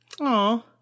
Aw